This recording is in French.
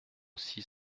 six